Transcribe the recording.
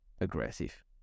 aggressive